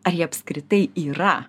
ar jie apskritai yra